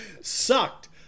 Sucked